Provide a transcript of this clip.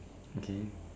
okay